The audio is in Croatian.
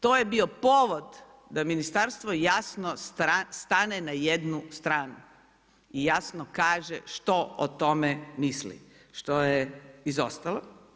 To je bio povod da ministarstvo jasno stane na jednu stranu i jasno kaže što o tome misli što je izostalo.